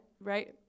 right